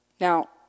Now